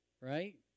Right